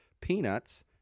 peanuts